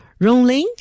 Rongling